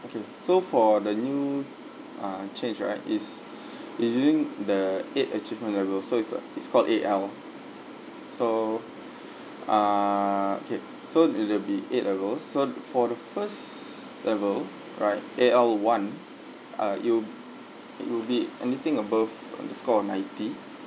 okay so for the new ah change right is it's using the eight achievement levels so it's uh it's called A_L so ah okay so it will be eight levels so for the first level right A_L one uh it'll it will be anything above uh the score of ninety